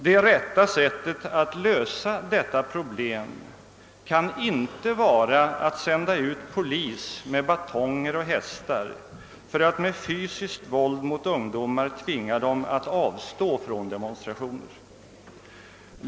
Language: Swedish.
Det rätta sättet att lösa detta problem kan inte vara att sända ut polis med batonger och hästar för att med fysiskt våld mot ungdomar tvinga dem att avstå från demonstrationer.